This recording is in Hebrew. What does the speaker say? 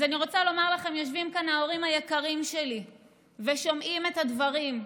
אז אני רוצה לומר לכם שיושבים כאן ההורים היקרים שלי ושומעים את הדברים.